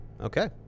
Okay